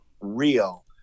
real